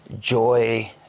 joy